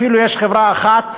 אפילו יש חברה אחת,